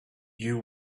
you